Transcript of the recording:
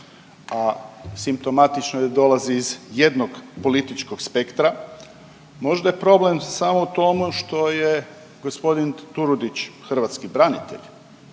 a simptomatično je da dolazi iz jednog političkog spektra možda je problem samo u tome što je gospodin Turudić hrvatski branitelj